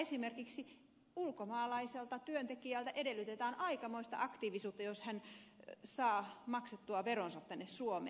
esimerkiksi ulkomaalaiselta työntekijältä edellytetään aikamoista aktiivisuutta jos hän saa maksettua veronsa tänne suomeen